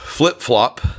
Flip-flop